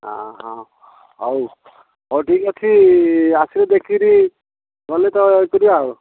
ଅ ହଁ ହଉ ହଉ ଠିକ୍ ଅଛି ଆସିଲେ ଦେଖିକିରି ଗଲେ ତ ଏଇ କରିବା ଆଉ